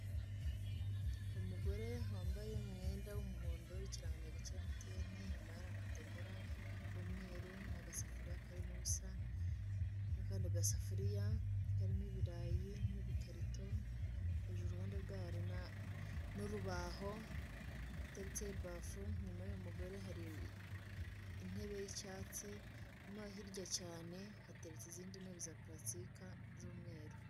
Umugore wambaye umwenda w'umuhondo, ikirangantego cya Emutiyeni, inyuma hari akadomora k'umweru n'agasafuriya karimo ubusa n'akandi gasafuriya karimo ibirayi n'ibikarito. Hejuru iruhande rwe, hari n'urubaho ruteretseho ibafu, inyuma y'uwo mugore hari inetebe y'icyatsi. Hanyuma hirya cyane hateretse intebe za parasitika z'umweru.